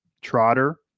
trotter